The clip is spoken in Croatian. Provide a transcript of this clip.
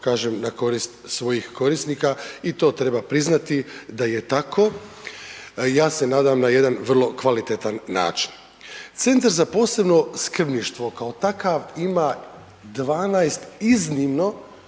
kažem na korist svojih korisnika i to treba priznati da je tako, ja se nadam na jedan vrlo kvalitetan način. Centar za posebno skrbništvo kao takav ima 12 iznimno